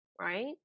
right